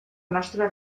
nostra